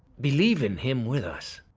believe in him with us,